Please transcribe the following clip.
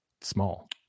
small